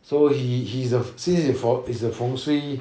so he he's a since he's a fengshui